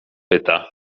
pyta